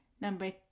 number